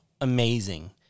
amazing